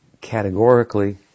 categorically